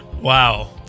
wow